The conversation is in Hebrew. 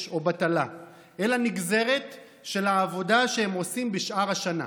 או בטלה אלא נגזרת של העבודה שהם עושים בשאר השנה.